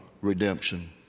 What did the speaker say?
redemption